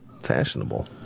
Fashionable